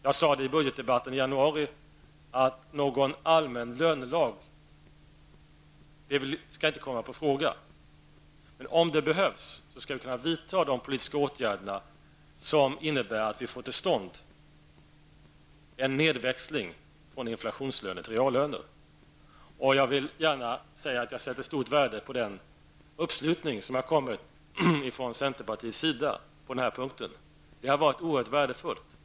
Jag sade i budgetdebatten i januari att någon allmän lönelag inte skall komma på frågan, men om det behövs skall vi kunna vidta de politiska åtgärder som innebär att vi får till stånd en nedväxling från inflationslöner till reallöner. Jag vill gärna säga att jag sätter stort värde på den uppslutning som har kommit från centerpartiets sida på denna punkt. Det har varit oerhört värdefullt.